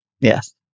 yes